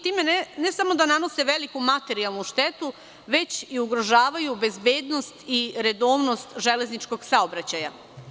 Time ne samo da nanose veliku materijalnu štetu, već i ugrožavaju bezbednost i redovnost železničkog saobraćaja.